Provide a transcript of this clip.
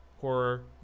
horror